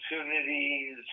opportunities